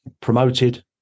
promoted